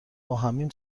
باهمیم